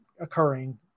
occurring